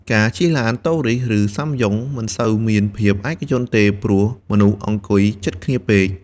ការជិះឡានតូរីសឬសាំយ៉ុងមិនសូវមានភាពឯកជនទេ ព្រោះមនុស្សអង្គុយជិតគ្នាពេក។